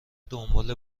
دنباله